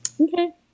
Okay